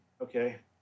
okay